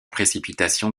précipitation